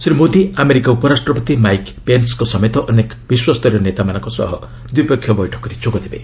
Shri Modi America ଉପରାଷ୍ଟ୍ରପତି Mike ପେନ୍ବଙ୍କ ସମେତ ଅନେକ ବିଶ୍ୱସ୍ତରୀୟ ନେତାଙ୍କ ସହ ଦ୍ୱିପକ୍ଷିୟ ବୈଠକରେ ଯୋଗ ଦେବେ